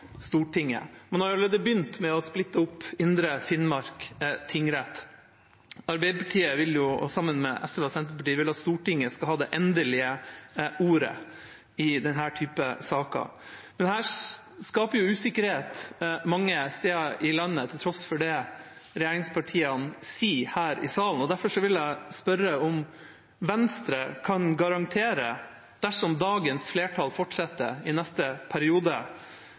Man har allerede begynt, med å splitte opp Indre Finnmark tingrett. Arbeiderpartiet, sammen med SV og Senterpartiet, vil at Stortinget skal ha det endelige ordet i denne typen saker, men her skapes det usikkerhet mange steder i landet, til tross for det regjeringspartiene sier her i salen. Derfor vil jeg spørre om Venstre kan garantere, dersom dagens flertall fortsetter i neste periode,